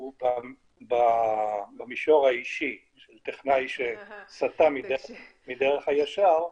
הוא במישור האישי, של טכנאי שסטה מדרך הישר.